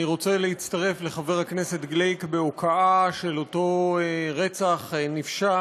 אני רוצה להצטרף לחבר הכנסת גליק בהוקעה של אותו רצח נפשע